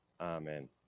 Amen